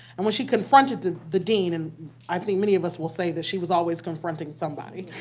and when she confronted the the dean and i think many of us will say that she was always confronting somebody